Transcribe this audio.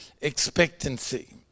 expectancy